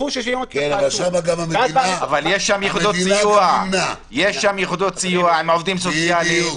אבל יש שם יחידות סיוע עם עובדים סוציאליים.